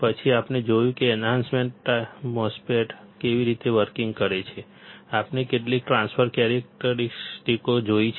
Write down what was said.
પછી આપણે જોયું કે એન્હાન્સમેન્ટ MOSFET કેવી રીતે વર્કિંગ કરે છે આપણે કેટલીક ટ્રાન્સફર લાક્ષણિકતાઓ જોઈ છે